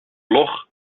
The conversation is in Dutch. blog